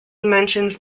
mentions